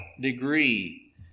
degree